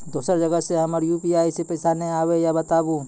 दोसर जगह से हमर यु.पी.आई पे पैसा नैय आबे या बताबू?